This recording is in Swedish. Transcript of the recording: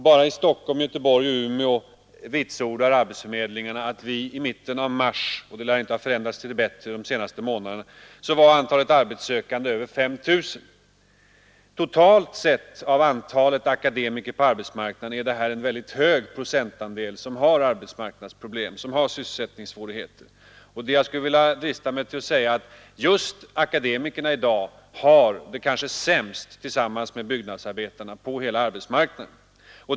Bara i Stockholm, Göteborg och Umeå vitsordar arbetsförmedlingarna att antalet arbetssökande i mitten av mars var över 5 000. Det lär inte ha förändrats till det bättre under de senaste månaderna. Totalt sett är det en väldigt hög procentandel av antalet akademiker på arbetsmarknaden som har problem och sysselsättningssvårigheter. Jag skulle vilja drista mig till att säga, att det just är akademikerna, tillsammans med byggnadsarbetarna, som har det absolut sämst på hela arbetsmarknaden.